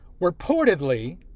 Reportedly